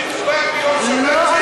לא.